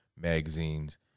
Magazines